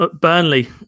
Burnley